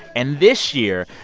and this year,